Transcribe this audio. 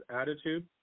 attitude